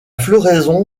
floraison